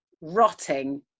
rotting